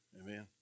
Amen